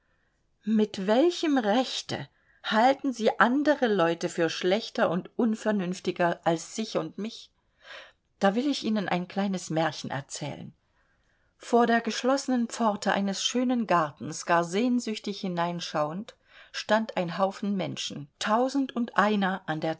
mit welchem rechte halten sie andere leute für schlechter und unvernünftiger als sich und mich da will ich ihnen ein kleines märchen erzählen vor der geschlossenen pforte eines schönen gartens gar sehnsüchtig hineinschauend stand ein haufen menschen tausendundeiner an der